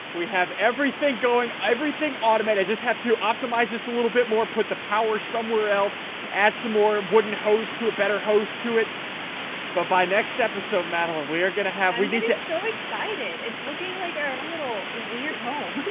we have everything going everything automated i just have to optimize this a little bit more put the power somewhere else add some more wooden hose to a better hose to it but by next episode madeleine we are going to have we need it so excited. it's looking like our little weird home,